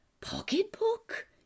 pocketbook